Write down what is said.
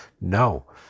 No